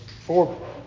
four